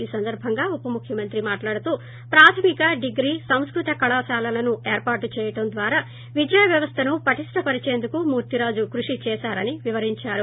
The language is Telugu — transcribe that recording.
ఈ సందర్భంగా ఉప ముఖ్యమంత్రి మాట్లాడుతూ ప్రాధమిక డిగ్రీ సంస్కృత కళాశాలలను ఏర్పాటు చేయడం ద్వారా విద్యా వ్యవస్థను పటిష్ణ పరిచేందుకు మూర్తిరాజు కృషి చేశారని వివరించారు